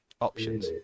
options